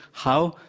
how?